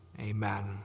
Amen